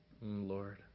Lord